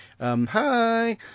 hi